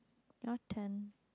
your turn